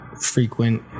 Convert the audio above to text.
frequent